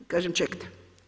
Kažem, čekajte.